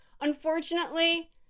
Unfortunately